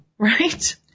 Right